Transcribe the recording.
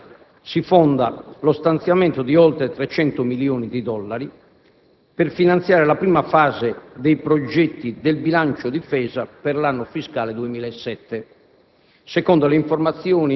Su questa stessa base si fonda lo stanziamento di oltre 300 milioni di dollari per finanziare la prima fase dei progetti nel bilancio difesa per l'anno fiscale 2007,